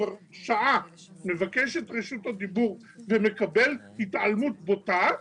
כבר שעה, מבקש את רשות הדיבור ומקבל התעלמות בוטה,